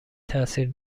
تاثیر